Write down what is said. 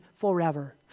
forever